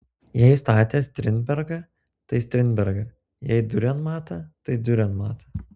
jei statė strindbergą tai strindbergą jei diurenmatą tai diurenmatą